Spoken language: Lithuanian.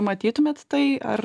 matytumėt tai ar